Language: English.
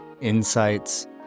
insights